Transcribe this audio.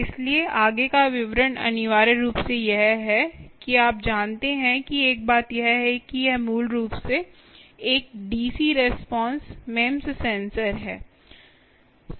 इसलिए आगे का विवरण अनिवार्य रूप से यह है कि आप जानते हैं कि एक बात यह है कि यह मूल रूप से एक डीसी रिस्पांस मेमस सेंसर है